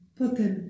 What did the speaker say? potem